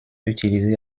utilisée